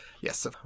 Yes